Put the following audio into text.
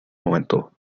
momento